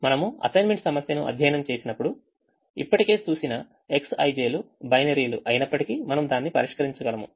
మనము అసైన్మెంట్ సమస్యను అధ్యయనం చేసినప్పుడు ఇప్పటికే చూసిన Xij లు బైనరీలు అయినప్పటికీ మనము దాన్ని పరిష్కరించగలము